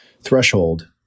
threshold